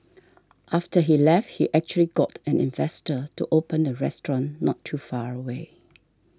after he left he actually got an investor to open a restaurant not too far away